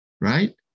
right